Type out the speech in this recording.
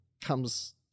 comes